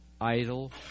idle